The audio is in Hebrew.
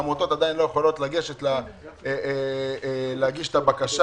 העמותות עדיין לא יכולות לגשת להגיש את הבקשה.